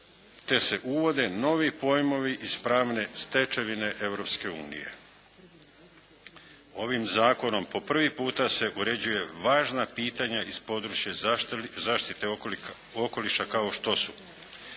te se uvode novi pojmovi iz pravne stečevine Europske unije. Ovim zakonom po prvi puta se uređuje važna pitanja iz područja zaštite okoliša kao što su